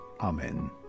Amen